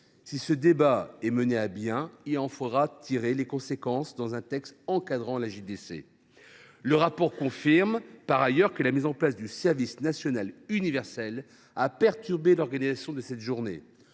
Si ce débat était mené à terme, il faudrait en tirer les conséquences dans un texte encadrant la JDC. Le rapport confirme, par ailleurs, que la mise en place du service national universel (SNU) a perturbé l’organisation de cette journée.